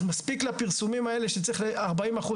אז מספיק לפרסומים האלה שצריך ארבעים אחוז